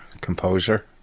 composer